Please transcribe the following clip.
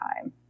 time